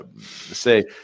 say